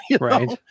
Right